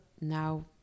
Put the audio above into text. Now